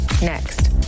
Next